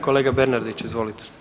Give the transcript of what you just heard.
Kolega Bernardić, izvolite.